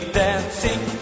dancing